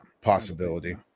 possibility